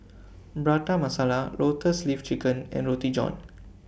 Prata Masala Lotus Leaf Chicken and Roti John